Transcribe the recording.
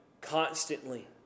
constantly